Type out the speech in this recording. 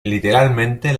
literalmente